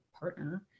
partner